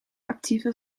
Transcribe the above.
actieve